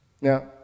Now